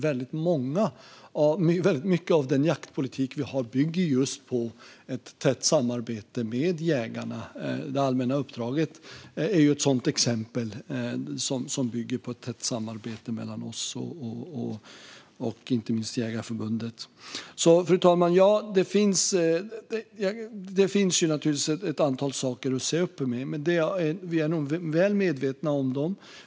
Väldigt mycket av den jaktpolitik vi har bygger just på ett tätt samarbete med jägarna. Det allmänna uppdraget är ett sådant exempel - det bygger på ett tätt samarbete mellan oss och inte minst Jägareförbundet. Fru talman! Det finns naturligtvis ett antal saker att se upp med, men vi är nog väl medvetna om dem.